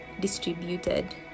distributed